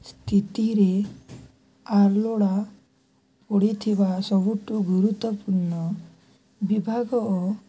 ସ୍ଥିତିରେ ଆଲୋଡ଼ା ପଡ଼ିଥିବା ସବୁଠୁ ଗୁରୁତ୍ୱପୂର୍ଣ୍ଣ ବିଭାଗ ଓ